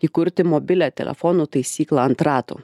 įkurti mobilią telefonų taisyklą ant ratų